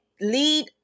lead